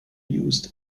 used